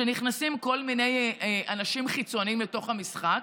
שנכנסים כל מיני אנשים חיצוניים לתוך המשחק,